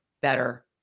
better